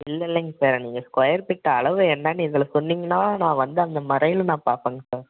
இல்லை இல்லைங்க சார் நீங்கள் ஸ்கொயர் ஃபீட் அளவு என்னென்னு எங்களுக்கு சொன்னீங்கன்னால் நான் வந்து அந்த முறையில நான் பார்ப்பங்க சார்